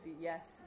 Yes